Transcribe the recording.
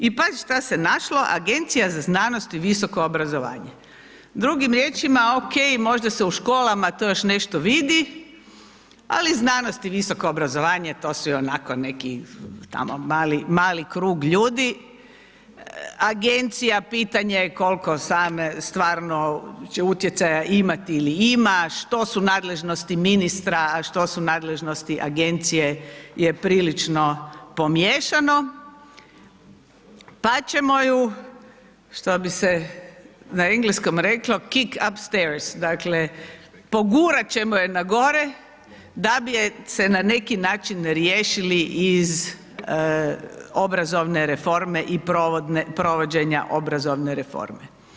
I pazi šta se našlo Agencija za znanost i visoko obrazovanje, drugim riječima OK možda se u školama to još nešto vidi, ali znanost i visoko obrazovanje to su i onako neki tamo mali, mali krug ljudi, agencija kolko stvarno će utjecaja imati ili ima, što su nadležnosti ministra, a što su nadležnosti agencije je prilično pomiješano, pa ćemo ju što bi se na engleskom reklo kick upsters, dakle pogurat ćemo je na gore da bi je se na neki način riješili iz obrazovne reforme i provođenja obrazovne reforme.